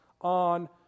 on